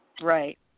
Right